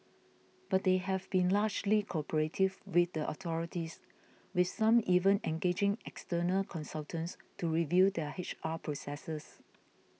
but they have been largely cooperative with the authorities with some even engaging external consultants to review their H R processes